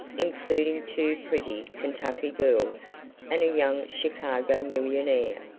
including two pretty kentucky girls and a young chicago millionaire.